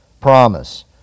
promise